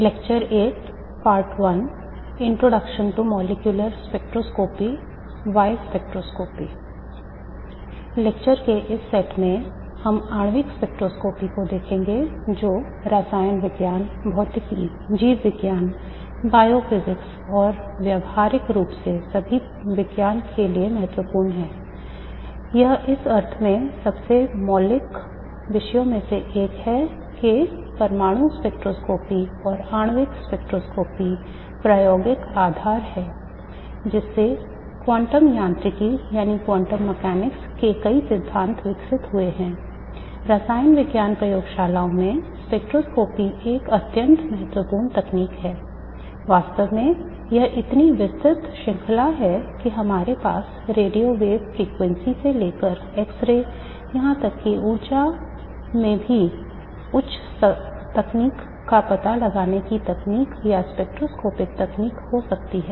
lecture के इस set में हम आणविक स्पेक्ट्रोस्कोपी से लेकर एक्स रे और यहां तक कि ऊर्जा में भी उच्च तकनीक का पता लगाने की तकनीक या स्पेक्ट्रोस्कोपिक तकनीक हो सकती है